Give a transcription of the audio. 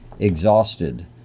exhausted